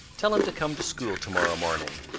tell him to come to school to-morrow morning.